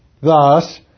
Thus